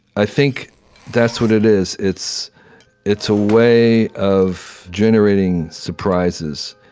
i think that's what it is it's it's a way of generating surprises.